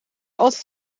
altijd